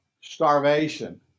starvation